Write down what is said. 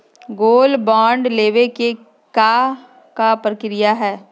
Gold bond लेवे के का प्रक्रिया हई?